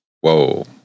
Whoa